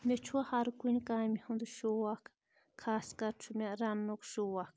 مےٚ چھُ ہر کُنہِ کامہِ ہُنٛد شوق خاص کَر چھُ مےٚ رَنٛنُک شوق